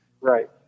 Right